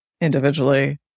individually